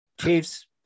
Chiefs